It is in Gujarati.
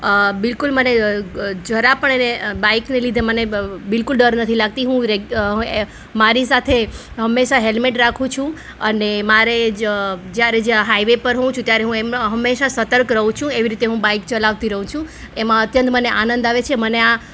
બિલકુલ મને જરા પણ એટલે બાઈકના લીધે મને બિલકુલ ડર નથી લાગતી હું મારી સાથે હંમેશા હેલ્મેટ રાખું છું અને મારે જ જ્યારે જ હાઈવે પર હોઉ છું ત્યારે હું જ હંમેશાં સતર્ક રહું છું એવી રીતે હું બાઈક ચલાવતી રહું છું એમાં અત્યંત મને આનંદ આવે છે મને આ